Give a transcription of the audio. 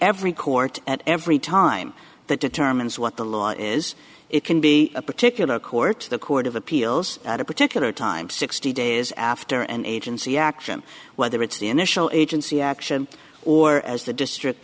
every court every time that determines what the law is it can be a particular court the court of appeals at a particular time sixty days after an agency action whether it's the initial agency action or as the district